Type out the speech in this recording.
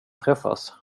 träffas